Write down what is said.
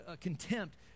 contempt